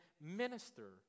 minister